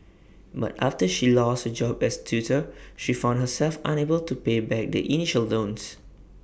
but after she lost her job as tutor she found herself unable to pay back the initial loans